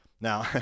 Now